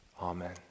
Amen